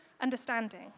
understanding